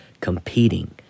competing